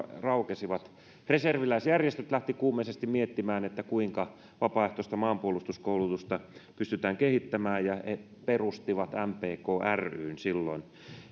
raukesivat reserviläisjärjestöt lähtivät kuumeisesti miettimään kuinka vapaaehtoista maanpuolustuskoulutusta pystytään kehittämään ja he perustivat mpk ryn silloin